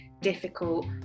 difficult